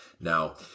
Now